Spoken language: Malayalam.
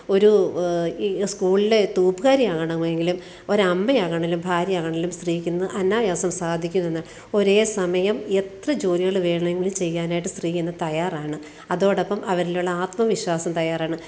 ഒരു ഈ സ്കൂളിലെ തൂപ്പുകാരി ആകണമെങ്കിലും ഒരു അമ്മയാകണമെങ്കിലും ഭാര്യയാകണമെങ്കിലും സ്ത്രീയ്ക്കിന്ന് അനായാസം സാധിക്കുമിന്ന് ഒരേസമയം എത്ര ജോലികൾ വേണമെങ്കിലും ചെയ്യാനായിട്ട് സ്ത്രീ ഇന്ന് തയ്യാറാണ് അതോടൊപ്പം അവരിലുള്ള ആത്മവിശ്വാസം തയ്യാറാണ്